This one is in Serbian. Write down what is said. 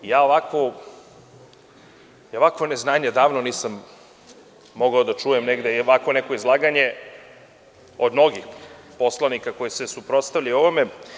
Ja ovakvo neznanje odavno nisam mogao da čujem i ovakvo neko izlaganje, od mnogih poslanika koji se suprotstavljaju ovome.